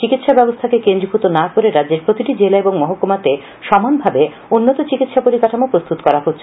চিকিৎসা ব্যবস্থাকে কেন্দ্রীভূত না করে রাজ্যের প্রতিটি জেলা এবং মহকুমাতে সমানভাবে উন্নত চিকিৎসা পরিকাঠামো প্রস্তুত করা হচ্ছে